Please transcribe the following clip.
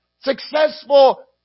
successful